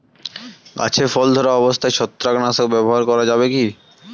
গাছে ফল ধরা অবস্থায় ছত্রাকনাশক ব্যবহার করা যাবে কী?